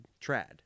Trad